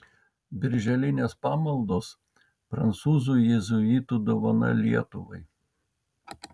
birželinės pamaldos prancūzų jėzuitų dovana lietuvai